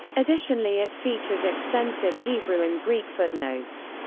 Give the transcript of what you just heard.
additionally it features extensive hebrew and greek footnotes.